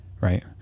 right